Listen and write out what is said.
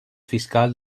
fiscal